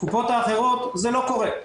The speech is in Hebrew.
בקופות האחרות זה לא קורה.